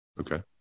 Okay